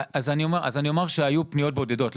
אז אני אומר שהיו פניות בודדות,